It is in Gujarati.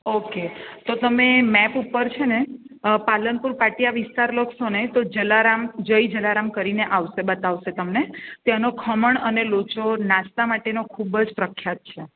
ઓકે તો તમે મેપ ઉપર છે ને પાલનપુર પાટિયા વિસ્તાર લખશો ને તો જલારામ જય જલારામ કરીને આવશે બતાવશે તમને ત્યાંનો ખમણ અને લોચો નાસ્તા માટેનો ખૂબજ પ્રખ્યાત છે